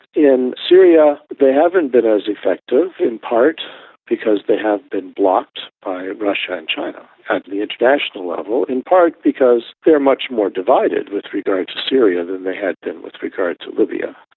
in syria, they haven't been as effective, in part because they have been blocked by ah russia and china at the international level, in part because they are much more divided with regards to syria than they had been with regard to libya.